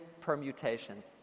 permutations